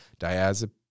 diazepam